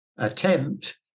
Attempt